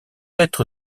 être